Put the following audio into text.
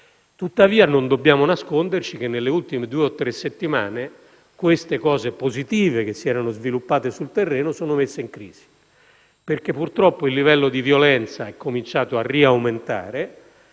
Tuttavia, non dobbiamo nasconderci che nelle ultime due o tre settimane questi fatti positivi sviluppati sul terreno sono messi in crisi. Purtroppo il livello di violenza è cominciato ad aumentare